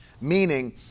Meaning